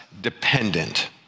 dependent